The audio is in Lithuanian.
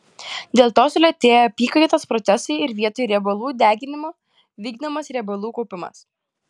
dėl to sulėtėja apykaitos procesai ir vietoj riebalų deginimo vykdomas riebalų kaupimas